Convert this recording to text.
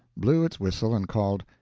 blew its whistle, and called,